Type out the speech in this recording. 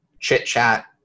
chit-chat